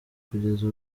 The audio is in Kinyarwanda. kugeza